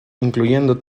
incluyendo